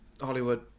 Hollywood